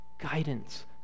guidance